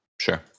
Sure